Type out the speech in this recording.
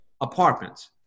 apartments